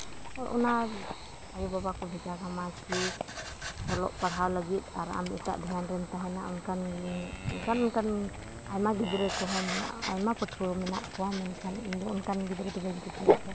ᱚᱱᱟ ᱟᱹᱭᱩᱼᱵᱟᱵᱟ ᱠᱚ ᱵᱷᱮᱡᱟ ᱠᱟᱢᱟ ᱠᱤ ᱚᱞᱚᱜ ᱯᱟᱲᱦᱟᱣ ᱞᱟᱹᱜᱤᱫ ᱟᱨ ᱟᱢ ᱮᱴᱟᱜ ᱫᱷᱮᱭᱟᱱ ᱨᱮᱢ ᱛᱟᱦᱮᱱᱟ ᱚᱱᱠᱟᱱ ᱚᱱᱠᱟᱱ ᱚᱱᱠᱟᱱ ᱟᱭᱢᱟ ᱜᱤᱫᱽᱨᱟᱹ ᱠᱚᱦᱚᱸ ᱢᱮᱱᱟᱜᱼᱟ ᱟᱭᱢᱟ ᱯᱟᱹᱴᱷᱩᱣᱟᱹ ᱢᱮᱱᱟᱜ ᱠᱚᱣᱟ ᱢᱮᱱᱠᱷᱟᱱ ᱤᱧᱫᱚ ᱚᱱᱠᱟᱱ ᱜᱤᱫᱽᱨᱟᱹ ᱫᱚ ᱵᱟᱹᱧ ᱠᱩᱥᱤᱭᱟᱠᱚᱣᱟ